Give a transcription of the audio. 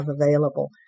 available